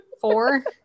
Four